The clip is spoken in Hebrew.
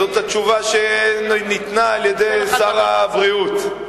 זו התשובה שניתנה על-ידי שר הבריאות.